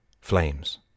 flames